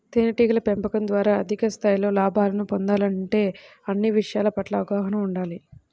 తేనెటీగల పెంపకం ద్వారా అధిక స్థాయిలో లాభాలను పొందాలంటే అన్ని విషయాల పట్ల అవగాహన ఉండాలి